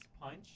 punch